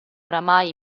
oramai